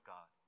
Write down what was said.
God